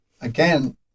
again